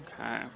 Okay